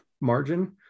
margin